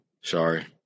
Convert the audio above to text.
Sorry